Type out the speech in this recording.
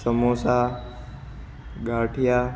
samosa ગાંઠિયા